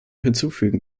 hinzufügen